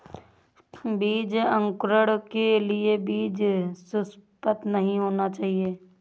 बीज अंकुरण के लिए बीज सुसप्त नहीं होना चाहिए